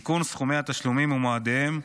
(תיקון, סכומי התשלומים ומועדיהם),